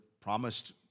promised